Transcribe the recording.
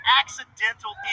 accidental